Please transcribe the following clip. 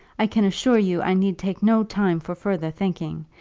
i can assure you i need take no time for further thinking.